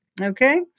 Okay